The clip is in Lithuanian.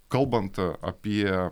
kalbant apie